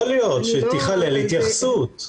יכול להיות שתיכלל התייחסות.